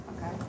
Okay